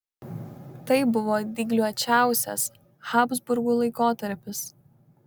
tai buvo dygliuočiausias habsburgų laikotarpis